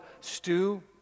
stew